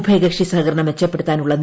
ഉഭയകക്ഷി സഹകരണം മെച്ചപ്പെടുത്താനുള്ളു